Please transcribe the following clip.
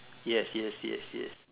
yes yes yes yes